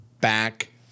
back